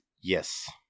Yes